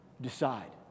decide